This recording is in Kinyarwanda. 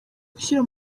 gushyira